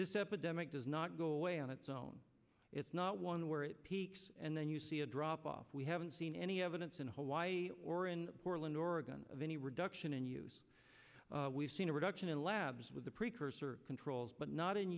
this epidemic does not go away on its own it's not one where it peaks and then you see a drop off we haven't seen any evidence in hawaii or in portland oregon of any reduction in use we've seen a reduction in labs with the precursor controls but not in